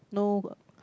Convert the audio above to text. no